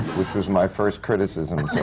which was my first criticism.